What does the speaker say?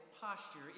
posture